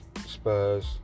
Spurs